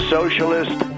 Socialist